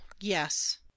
yes